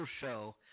show